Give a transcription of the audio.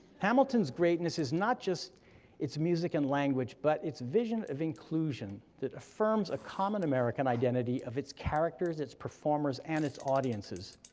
hamilton's greatness is not just its music and language, but its vision of inclusion that affirms a common american identity of its characters, its performers, and its audiences.